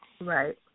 Right